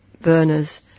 burners